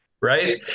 Right